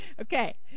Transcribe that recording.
Okay